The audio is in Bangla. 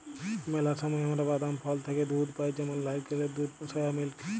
ম্যালা সময় আমরা বাদাম, ফল থ্যাইকে দুহুদ পাই যেমল লাইড়কেলের দুহুদ, সয়া মিল্ক